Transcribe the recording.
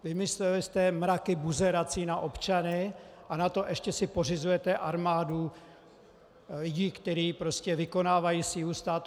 Vymysleli jste mraky buzerací na občany a na to ještě si pořizujete armádu lidí, kteří vykonávají sílu státu.